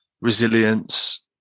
resilience